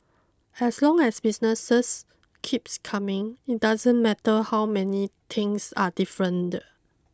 as long as businesses keeps coming it doesn't matter how many things are different